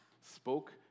spoke